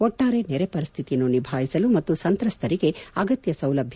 ಒಟ್ಟಾರೆ ನೆರೆ ಪರಿಸ್ಥಿತಿಯನ್ನು ನಿಭಾಯಿಸಲು ಮತ್ತು ಸಂತ್ರಸ್ತರಿಗೆ ಆಗತ್ತ ಸೌಲಭ್ಯ